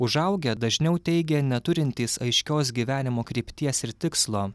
užaugę dažniau teigia neturintys aiškios gyvenimo krypties ir tikslo